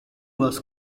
was